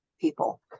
people